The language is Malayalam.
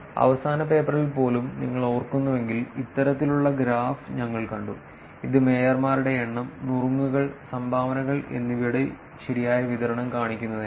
അവസാന പേപ്പറിൽ പോലും നിങ്ങൾ ഓർക്കുന്നുവെങ്കിൽ ഇത്തരത്തിലുള്ള ഗ്രാഫ് ഞങ്ങൾ കണ്ടു ഇത് മേയർമാരുടെ എണ്ണം നുറുങ്ങുകൾ സംഭാവനകൾ എന്നിവയുടെ ശരിയായ വിതരണം കാണിക്കുന്നതിനാണ്